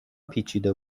پیچیده